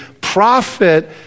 prophet